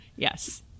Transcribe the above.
Yes